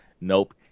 Nope